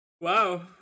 Wow